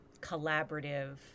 collaborative